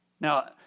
Now